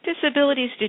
disabilities